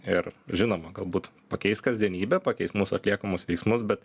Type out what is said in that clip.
ir žinoma galbūt pakeis kasdienybę pakeis mūsų atliekamus veiksmus bet